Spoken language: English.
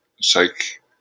psych